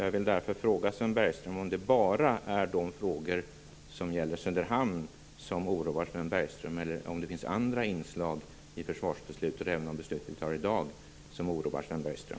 Jag vill därför fråga Sven Bergström om det bara är de frågor som gäller Söderhamn som oroar honom eller om det också finns andra inslag i försvarsbesluten, även det vi skall fatta i dag, som oroar honom.